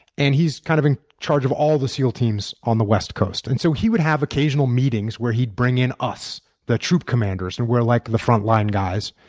and he's kind of in charge of all the seal teams on the west coast. and so he would have occasional meetings where he'd bring in us, the troop commanders, and like the front line guys.